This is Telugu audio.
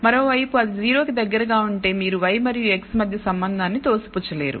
మరోవైపు అది 0 కి దగ్గరగా ఉంటే మీరు y మరియు x మధ్య సంబంధాన్ని తోసిపుచ్చలేరు